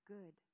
Good